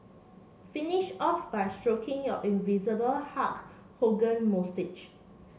finish off by stroking your invisible Hulk Hogan moustache